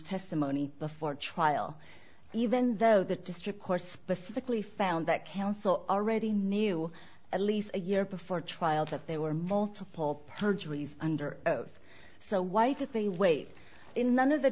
testimony before trial even though the district court specifically found that counsel already knew at least a year before trial that there were multiple perjury is under oath so why did they wait in one of the